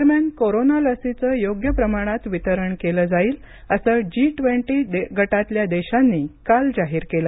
दरम्यान कोरोना लशीचं योग्य प्रमाणात वितरण केलं जाईल असं जी ट्वेंटी गटातल्या देशांनी काल जाहीर केलं